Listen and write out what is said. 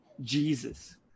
Jesus